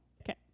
Okay